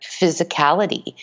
physicality